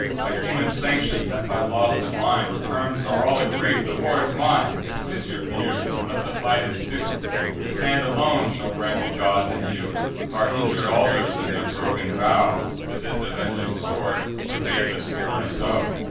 by human sanctions, and by laws divine, the terms are all agreed the war is mine. dismiss your fears, and let the fight ensue this hand alone shall right the gods and you our injur'd altars, and their broken vow, to this avenging sword the faithless turnus owe.